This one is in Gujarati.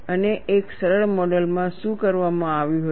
અને એક સરળ મોડલ માં શું કરવામાં આવ્યું હતું